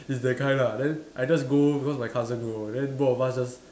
it's that kind ah then I just go because my cousin go then both of us just